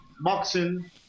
boxing